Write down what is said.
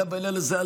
גם בעניין הזה,